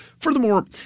Furthermore